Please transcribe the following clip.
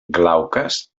glauques